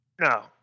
No